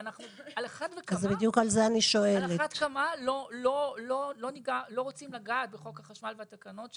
ועל אחת כמה וכמה לא רוצים לגעת בחוק החשמל והתקנות שלו,